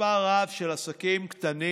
מספר רב של עסקים קטנים